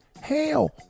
hell